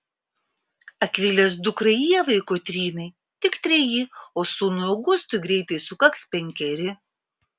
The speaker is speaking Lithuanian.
akvilės dukrai ievai kotrynai tik treji o sūnui augustui greitai sukaks penkeri